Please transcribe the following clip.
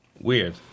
weird